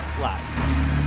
live